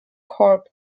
corp